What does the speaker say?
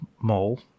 mole